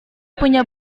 punya